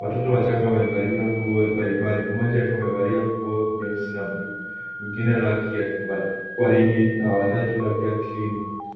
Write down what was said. Watoto wachanga wamevalia nguo mbalimbali mmoja akiwa amevalia nguo nyeusi na bluu, mwingine rangi ya waridi na watatu rangi ta krimu.